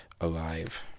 alive